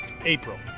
April